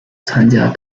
参加